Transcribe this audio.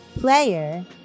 player